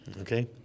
Okay